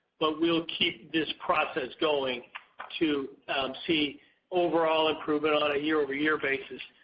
but we'll keep this process going to see overall improvement on a year-over-year basis